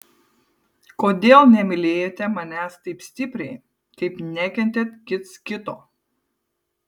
kodėl nemylėjote manęs taip stipriai kaip nekentėt kits kito